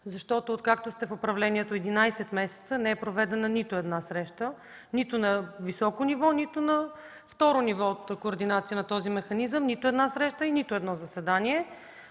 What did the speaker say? защото, откакто сте в управлението 11 месеца, не е проведена нито една среща – нито на високо ниво, нито на второ ниво от координация на този механизъм. Нито една среща и нито едно заседание